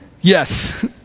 Yes